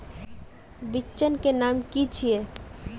बिचन के नाम की छिये?